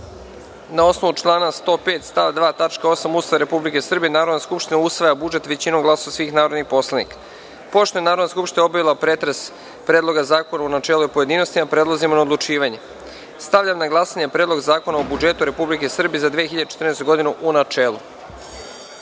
8. Ustava Republike Srbije, Narodna skupština usvaja budžet većinom glasova svih narodnih poslanika. Pošto je Narodna skupština obavila pretres Predloga zakona u načelu i u pojedinostima, prelazimo na odlučivanje. Stavljam na glasanje Predlog zakona o budžetu Republike Srbije za 2014. godinu, u načelu. Molim